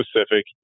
specific